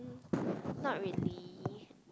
not really